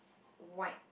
white